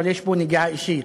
אבל יש פה נגיעה אישית,